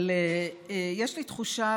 אבל יש לי תחושה,